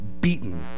beaten